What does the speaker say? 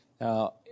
Now